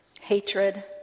hatred